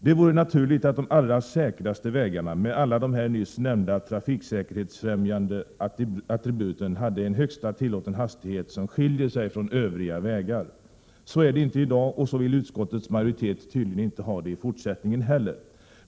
Det vore naturligt att de allra säkraste vägarna med alla de nyss nämnda trafiksäkerhetsfrämjande attributen hade en högsta tillåten hastighet som skiljer sig från övriga vägar. Så är det inte i dag, och så vill utskottets majoritet tydligen inte ha det i fortsättningen heller.